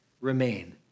remain